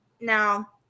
now